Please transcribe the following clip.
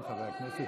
טלי, בבקשה.